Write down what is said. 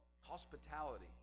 hospitality